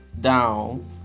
down